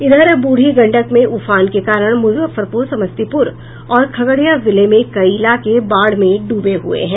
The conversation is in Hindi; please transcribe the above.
इधर बूढ़ी गंडक में उफान के कारण मुजफ्फरपुर समस्तीपुर और खगड़िया जिले में कई इलाके बाढ़ में डूबे हुए हैं